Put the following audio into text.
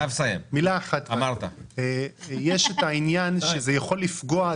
יש את העניין שזה יכול לפגוע.